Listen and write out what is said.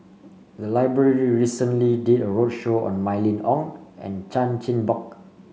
the library recently did a roadshow on Mylene Ong and Chan Chin Bock